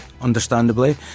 understandably